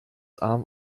arm